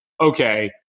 okay